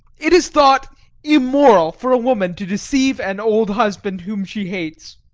it is thought immoral for woman to deceive an old husband whom she hates,